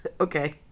Okay